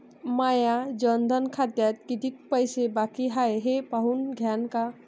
माया जनधन खात्यात कितीक पैसे बाकी हाय हे पाहून द्यान का?